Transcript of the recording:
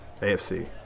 AFC